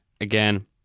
again